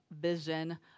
vision